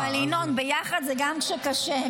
אבל, ינון, ביחד זה גם כשקשה.